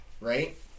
right